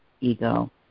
ego